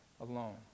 alone